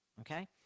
Okay